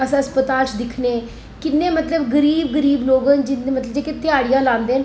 अस अस्पताल च दिक्खने किन्ने मतलब गरीब गरीब लोग न जेह्के ध्याड़ियां लांदे न